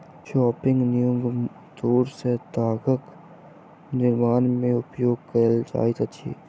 spinning mule तूर सॅ तागक निर्माण में उपयोग कएल जाइत अछि